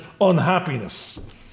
unhappiness